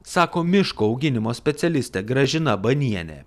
sako miško auginimo specialistė gražina banienė